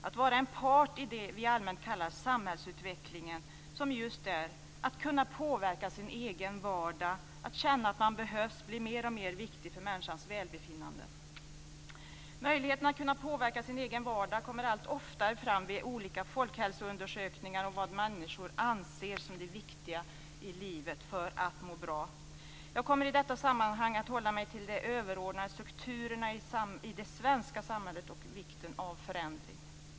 Att vara en part i det vi allmänt kallar samhällsutvecklingen - som just är att kunna påverka sin egen vardag - och att känna att man behövs blir mer och mer viktigt för människans välbefinnande. Möjligheten att påverka sin egen vardag kommer allt oftare fram vid olika folkhälsoundersökningar om vad människor anser som det viktiga i livet för att må bra. Jag kommer i detta sammanhang att hålla mig till de överordnade strukturerna i det svenska samhället och vikten av förändring.